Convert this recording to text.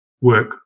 work